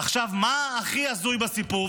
עכשיו, מה הכי הזוי בסיפור?